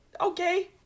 okay